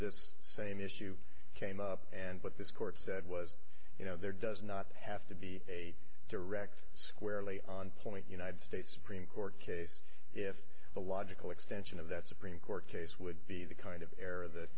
this same issue came up and what this court said was you know there does not have to be a direct squarely on point united states supreme court case if the logical extension of that supreme court case would be the kind of